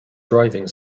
driving